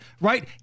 right